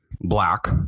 black